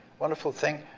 wonderful thing.